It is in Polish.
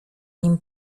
nim